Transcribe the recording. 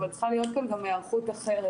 אבל צריכה להיות כאן גם היערכות אחרת.